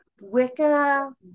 wicca